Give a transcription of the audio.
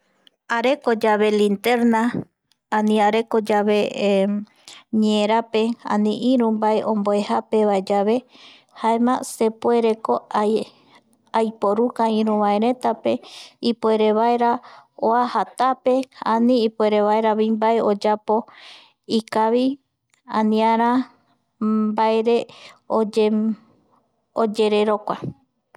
Areko yave linterna ani areko yave ñeerape ani iru mbae omboejapevaeyave jaema sepuereko aiporuka iruvaeretape ipuerevaera oaja tape ani ipuerevaera mbae oyapo ikavi aniara mbaere oye. Oyererokuae,